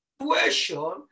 situation